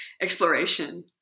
exploration